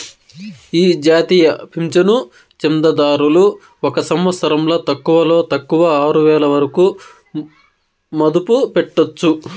ఈ జాతీయ పింఛను చందాదారులు ఒక సంవత్సరంల తక్కువలో తక్కువ ఆరువేల వరకు మదుపు పెట్టొచ్చు